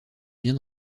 bien